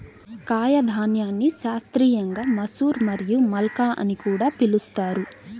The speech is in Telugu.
కాయధాన్యాన్ని శాస్త్రీయంగా మసూర్ మరియు మల్కా అని కూడా పిలుస్తారు